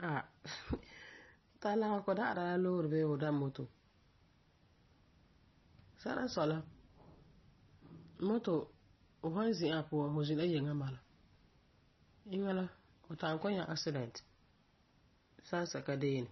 Ah, fu san tara lagefɔ fu kɔ'ɔm da'ara la loore bee fu da'ari la moto. Sɛla n sɔi la moto, fu san zi'an a puan fu zĩ la yiŋa n bala. Eŋa fu ta'am nyɛ aksidɛnti sansɛka deeni.